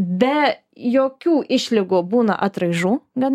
be jokių išlygų būna atraižų gan